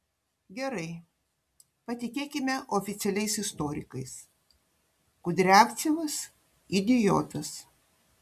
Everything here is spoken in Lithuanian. gerai patikėkime oficialiais istorikais kudriavcevas idiotas